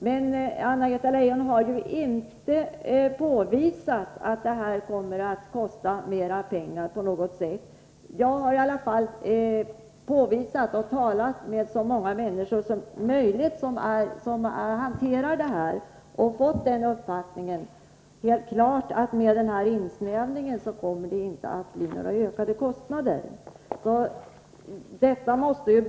Men Anna-Greta Leijon har inte påvisat att detta på något sätt kommer att kosta mer pengar. Jag har i alla fall talat med så många människor som möjligt som hanterar dessa frågor och fått den klara uppfattningen att med denna insnävning kommer det inte att bli några ökade kostnader.